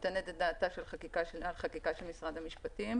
נותנת את דעתה על חקיקה של משרד המשפטים,